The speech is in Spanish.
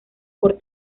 por